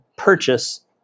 Purchase